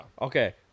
Okay